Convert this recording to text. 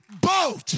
boat